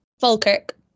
Falkirk